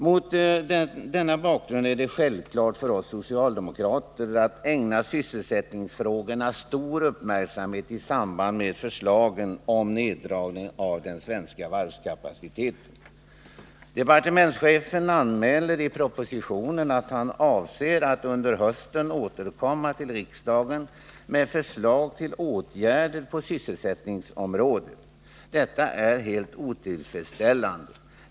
Mot denna bakgrund är det självklart för oss socialdemokrater att ägna sysselsättningsfrågorna stor uppmärksamhet i samband med förslagen om neddragning av den svenska varvskapaciteten. Departementschefen anmäler i propositionen att han avser att under hösten återkomma till riksdagen med förslag till åtgärder på sysselsättningsområdet. Detta är helt otillfredsställande.